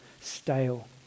stale